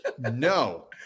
No